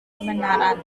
kebenaran